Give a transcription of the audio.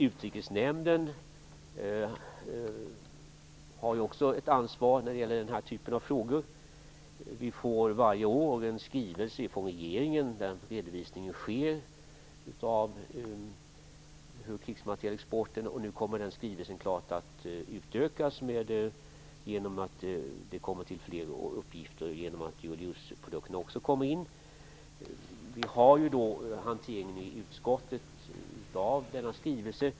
Utrikesnämnden har också ett ansvar för sådana här frågor. Vi får varje år en skrivelse från regeringen där krigsmaterielexporten redovisas. Nu kommer den skrivelsen att utökas med fler uppgifter genom att också dual use-produkterna kommer med. Utskottet hanterar sedan denna skrivelse.